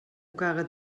caga